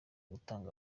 gutanga